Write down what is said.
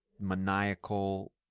maniacal